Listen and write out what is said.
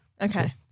Okay